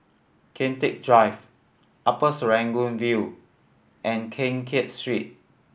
Kian Teck Drive Upper Serangoon View and Keng Kiat Street